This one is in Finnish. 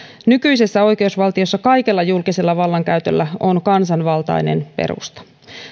nykyisessä oikeusvaltiossa kaikella julkisella vallankäytöllä on kansanvaltainen perusta